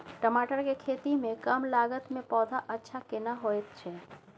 टमाटर के खेती में कम लागत में पौधा अच्छा केना होयत छै?